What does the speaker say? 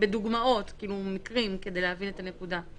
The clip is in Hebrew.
לגבי דוגמאות, לגבי מקרים, כדי להבין את הנקודה.